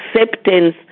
acceptance